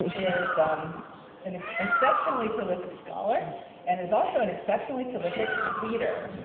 is and an exceptionally prolific scholar and is also an exceptionally prolific tweeter.